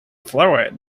fluid